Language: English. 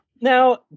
Now